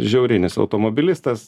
žiauriai nes automobilistas